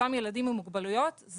באותם ילדים עם מוגבלויות.